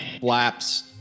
flaps